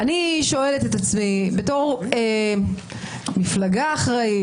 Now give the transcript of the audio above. אני שואלת את עצמי בתור מפלגה אחראית,